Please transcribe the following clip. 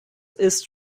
ist